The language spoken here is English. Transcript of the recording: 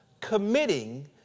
committing